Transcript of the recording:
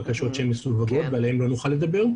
בקשות שהן מסווגות ועליהן לא נוכל לדבר,